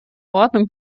ordnung